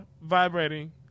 vibrating